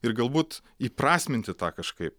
ir galbūt įprasminti tą kažkaip